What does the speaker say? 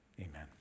Amen